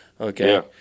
Okay